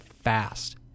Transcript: fast